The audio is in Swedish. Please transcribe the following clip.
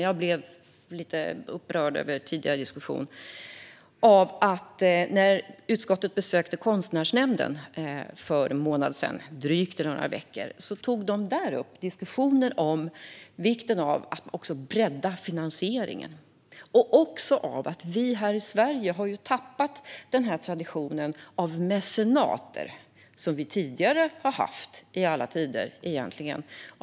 Jag blev lite upprörd av den tidigare diskussionen. För en månad sedan, när utskottet besökte Konstnärsnämnden, tog man där upp vikten av att bredda finansieringen. Här i Sverige har vi tappat traditionen med mecenater, som vi egentligen har haft i alla tider.